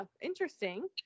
interesting